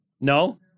No